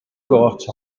got